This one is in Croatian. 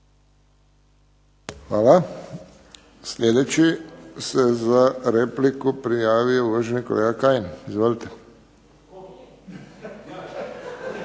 Hvala. Sljedeći se za repliku prijavio uvaženi kolega Kajin. Izvolite.